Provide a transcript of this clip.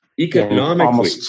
economically